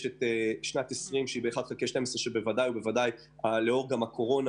יש את שנת 2020 שהיא ב-1/12 שלאור הקורונה